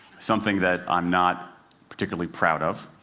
something that i'm not particularly proud of,